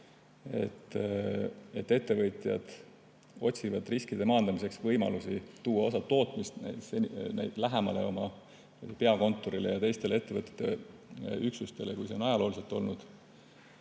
et ettevõtjad otsivad riskide maandamiseks võimalusi tuua osa tootmist oma peakontorile ja teistele ettevõtete üksustele lähemale, kui see on ajalooliselt olnud.